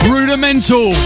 Rudimental